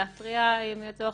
להתריע אם יהיה צורך,